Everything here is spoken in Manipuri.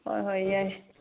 ꯍꯣꯏ ꯍꯣꯏ ꯌꯥꯏ